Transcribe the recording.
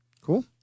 Cool